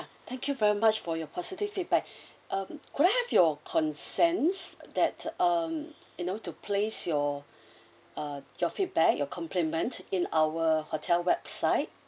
thank you very much for your positive feedback could um have your consents that um you know to place your uh your feedback your compliment in our hotel website